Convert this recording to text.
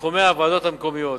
בתחומי הוועדות המקומיות.